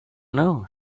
know